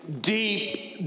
deep